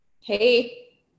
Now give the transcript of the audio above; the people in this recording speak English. Hey